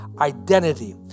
identity